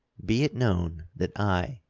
be it known that i,